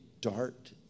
dart